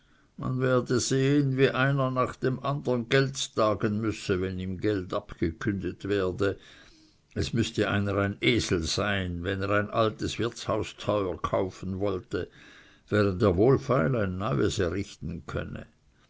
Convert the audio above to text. man werde sehen wie einer nach dem andern geldstagen müsse wenn ihm geld abgekündet werde es müßte einer ein esel sein wenn er ein altes wirtshaus teuer kaufen wollte während er wohlfeil ein neues errichten könne